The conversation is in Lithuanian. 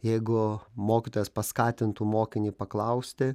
jeigu mokytojas paskatintų mokinį paklausti